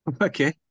okay